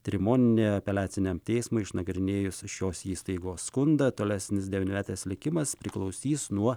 trimonienė apeliaciniam teismui išnagrinėjus šios įstaigos skundą tolesnis devynmetės likimas priklausys nuo